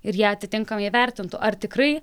ir ją atitinkamai įvertintų ar tikrai